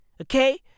Okay